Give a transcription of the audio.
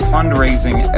Fundraising